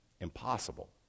impossible